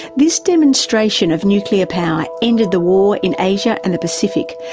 this demonstration of nuclear power ended the war in asia and the pacific,